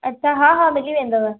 अच्छा हा हा मिली वेंदव